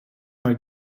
mal